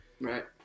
Right